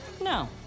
No